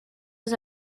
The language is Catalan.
els